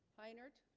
hi nert